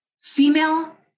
female